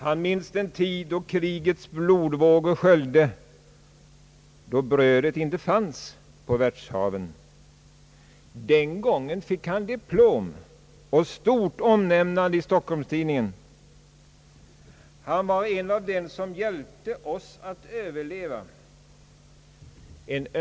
Han minns den tid då krigets blodvågor sköljde då brödet inte fanns på världshaven. Den gången fick han diplom och stort omnämnande i Stockholmstidningen. Han var en av dem som hjälpte oss att överleva.